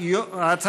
ברוכים הבאים לכנסת.